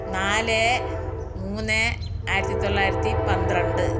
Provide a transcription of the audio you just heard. നാല് മൂന്ന് ആയിരത്തി തൊള്ളായിരത്തി പന്ത്രണ്ട്